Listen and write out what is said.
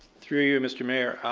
through you mr. mayor,